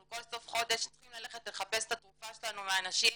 אנחנו כל סוף חודש צריכים ללכת לחפש את התרופה שלנו מאנשים,